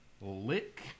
lick